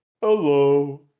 Hello